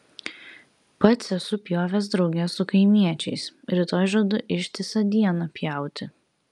pats esu pjovęs drauge su kaimiečiais rytoj žadu ištisą dieną pjauti